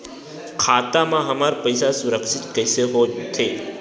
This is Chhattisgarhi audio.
खाता मा हमर पईसा सुरक्षित कइसे हो थे?